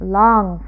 long